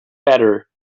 better